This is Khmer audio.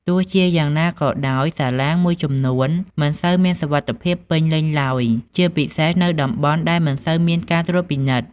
ទោះជាយ៉ាងណាក៏ដោយ សាឡាងមួយចំនួនមិនសូវមានសុវត្ថិភាពពេញលេញឡើយ ជាពិសេសនៅតំបន់ដែលមិនសូវមានការត្រួតពិនិត្យ។